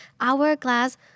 hourglass